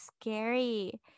scary